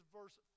verse